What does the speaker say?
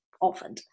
often